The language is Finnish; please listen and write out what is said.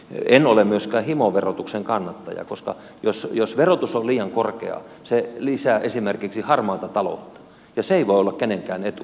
en ole myöskään himoverotuksen kannattaja koska jos verotus on liian korkea se lisää esimerkiksi harmaata taloutta ja se ei voi olla kenenkään etu